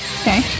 Okay